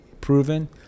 proven